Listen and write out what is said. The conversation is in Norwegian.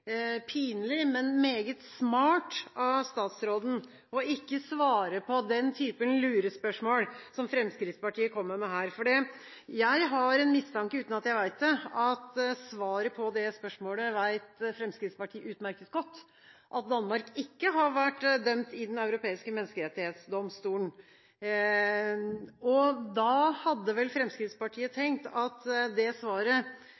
pinlig, men meget smart av statsråden ikke å svare på den typen lurespørsmål som Fremskrittspartiet kommer med her. For jeg har en mistanke, uten at jeg vet det, om at svaret på det spørsmålet vet Fremskrittspartiet utmerket godt – Danmark har ikke vært dømt i Den europeiske menneskerettighetsdomstol. Fremskrittspartiet hadde vel tenkt at det svaret